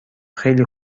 خیلی